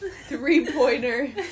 Three-pointer